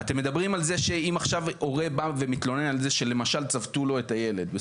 אם עכשיו הורה בא ומתלונן על זה שלמשל צבטו לו את הילד,